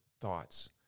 thoughts